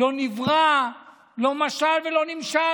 לא נברא, לא משל ולא נמשל.